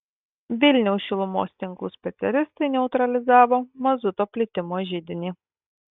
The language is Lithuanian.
vilniaus šilumos tinklų specialistai neutralizavo mazuto plitimo židinį